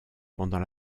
pendant